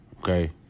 okay